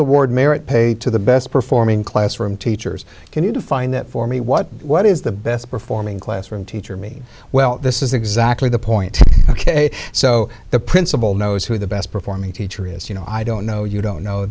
award merit pay to the best performing classroom teachers can you define that for me what what is the best performing classroom teacher mean well this is exactly the point ok so the principal knows who the best performing teacher is you know i don't know you don't know